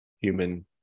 human